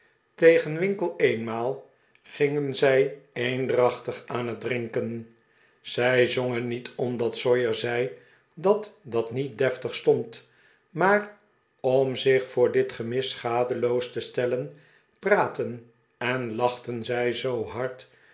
tegen winkle eenmaal gingen zij eendrachtig aan het drinken zij zongen niet omdat sawyer zei dat dat niet deftig stond maar om zich voor dit gemis schadeloos testellen praatten en lachten zij zoo hard